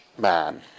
Man